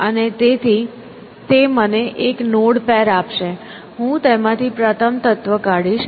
અને તેથી તે મને નોડ પેર આપશે હું તેમાંથી પ્રથમ તત્વ કાઢીશ